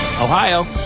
Ohio